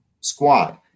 squad